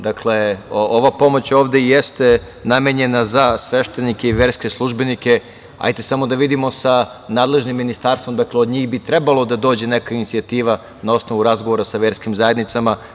Dakle, ova pomoć ovde jeste namenjena za sveštenike i verske službenike, samo da vidimo sa nadležnim ministarstvom, dakle od njih bi trebalo da dođe neka inicijativa, na osnovu razgovora sa verskim zajednicama.